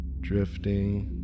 drifting